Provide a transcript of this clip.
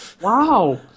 Wow